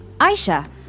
Aisha